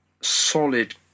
solid